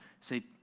say